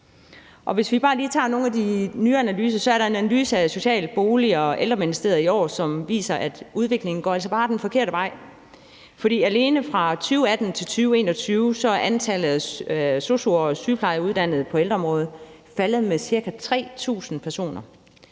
Hvis vi bare lige tager nogle af de nye analyser, så er der er en analyse fra Social-, Bolig- og Ældreministeriet i år, som viser, at udviklingen altså bare går den forkerte vej. For alene fra 2018 til 2021 er antallet af sosu'er og sygeplejeuddannede på ældreområdet faldet med ca. 3.000, og